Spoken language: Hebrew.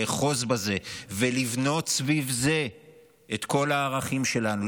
לאחוז בזה ולבנות סביב זה את כל הערכים שלנו,